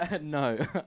No